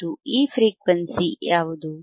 ಮತ್ತು ಈ ಫ್ರೀಕ್ವೆನ್ಸಿ ಯಾವುದು